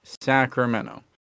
Sacramento